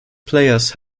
players